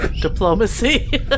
diplomacy